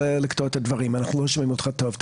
לא שומעים אותך טוב.